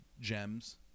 gems